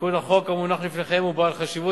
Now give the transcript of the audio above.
התיקון לחוק המונח לפניכם הוא בעל חשיבות